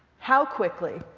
how quickly?